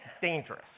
dangerous